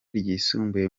ryisumbuye